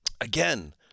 again